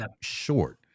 short